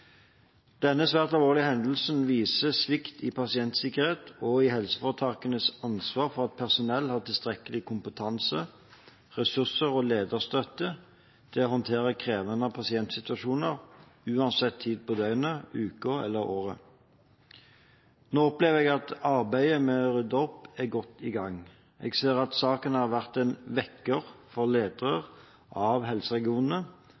Denne svært alvorlige hendelsen viser svikt i pasientsikkerhet og i helseforetakenes ansvar for at personell har tilstrekkelig kompetanse, ressurser og lederstøtte til å håndtere krevende pasientsituasjoner, uansett tid på døgnet, uken eller året. Nå opplever jeg at arbeidet med å rydde opp er godt i gang. Jeg ser at saken har vært en vekker for